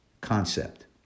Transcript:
concept